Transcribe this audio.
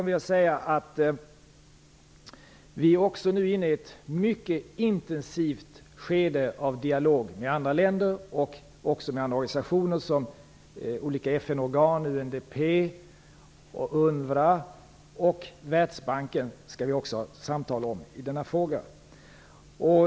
Vi är, Berndt Ekholm, nu inne i ett mycket intensivt skede av dialog med andra länder och olika organisationer, t.ex. FN-organ som UNDP och UNWRA, och vi skall i denna fråga också ha ett samtal med representanter för Världsbanken.